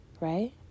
Right